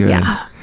yeah.